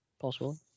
Possible